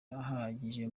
ahagije